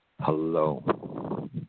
hello